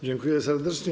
Dziękuję serdecznie.